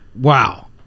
Wow